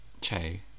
Che